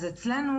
אז אצלנו,